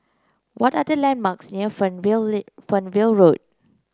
what are the landmarks near Fernvale Road